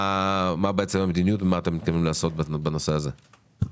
מה בעצם המדיניות ומה אתם מתכוונים לעשות בנושא הזה?